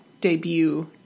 debut